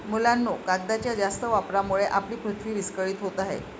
मुलांनो, कागदाच्या जास्त वापरामुळे आपली पृथ्वी विस्कळीत होत आहे